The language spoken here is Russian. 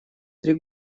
три